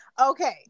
Okay